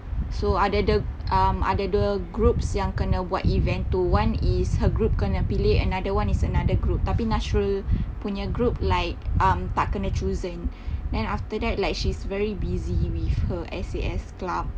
so ada ada um ada ada groups yang kena buat event tu one is her group kena pilih another one is another group tapi nashrul punya group like um tak kena chosen and after like she's very busy with her S_A_S club